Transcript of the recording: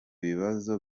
bibazo